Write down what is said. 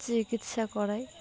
চিকিৎসা করাই